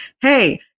Hey